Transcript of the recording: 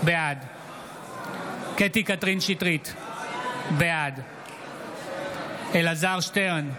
בעד קטי קטרין שטרית, בעד אלעזר שטרן,